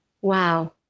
Wow